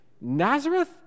Nazareth